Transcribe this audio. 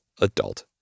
Adult